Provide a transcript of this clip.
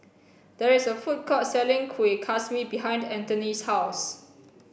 there is a food court selling kuih kaswi behind Anthony's house